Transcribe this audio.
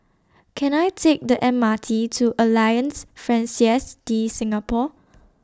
Can I Take The M R T to Alliance Francaise De Singapour